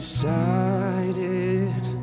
Decided